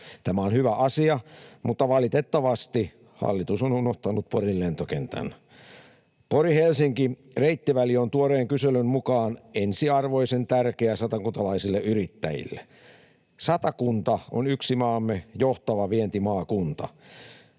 Tämä on hyvä asia, mutta valitettavasti hallitus on unohtanut Porin lentokentän. Pori—Helsinki-reittiväli on tuoreen kyselyn mukaan ensiarvoisen tärkeä satakuntalaisille yrittäjille. Satakunta on yksi maamme johtava vientimaakunta.